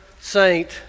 saint